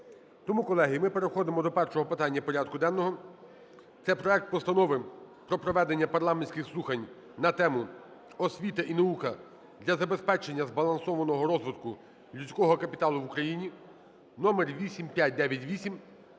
Тому, колеги, ми переходимо до першого питання порядку денного. Це проект Постанови про проведення парламентських слухань на тему: "Освіта і наука для забезпечення збалансованого розвитку людського капіталу в Україні" (№ 8598).